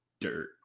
dirt